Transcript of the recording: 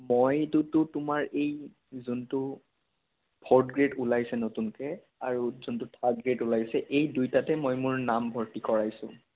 মইটোটো তোমাৰ এই যোনটো ফ'ৰ্ড গ্ৰে'ড ওলাইছে নতুনকৈ আৰু যোনটো থাৰ্ড গ্ৰে'ড ওলাইছে এই দুইটাতে মই মোৰ নাম ভৰ্তি কৰাইছোঁ